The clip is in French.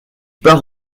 part